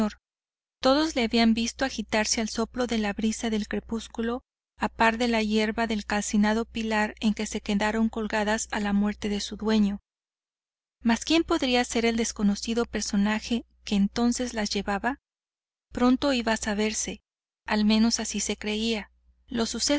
todos lo habían visto agitarse al soplo de la brisa del crepúsculo a par de la hiedra del calcinado pilar en que quedaron colgadas a la muerte de su dueño mas quién podría ser el desconocido personaje que entonces las llevaba pronto iba a saberse al menos así se creía los